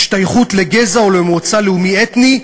השתייכות לגזע או מוצא לאומי אתני,